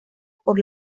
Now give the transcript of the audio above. por